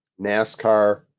NASCAR